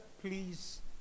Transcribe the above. please